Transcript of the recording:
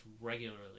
regularly